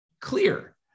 clear